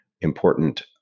important